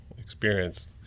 experience